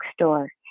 store